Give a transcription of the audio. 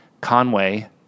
Conway